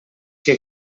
que